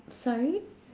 sorry